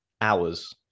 hours